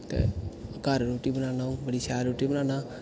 ते घर रुट्टा बनानां अ'ऊं बड़ी शैल रुट्टी बनानां